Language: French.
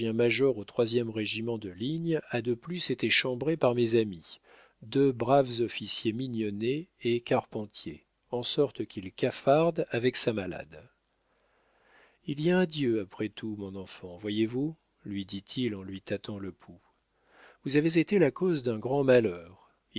au e régiment de ligne a de plus été chambré par mes amis deux braves officiers mignonnet et carpentier en sorte qu'il cafarde avec sa malade il y a un dieu après tout mon enfant voyez-vous lui dit-il en lui tâtant le pouls vous avez été la cause d'un grand malheur